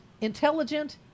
intelligent